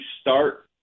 start